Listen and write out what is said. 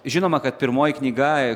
žinoma kad pirmoji knyga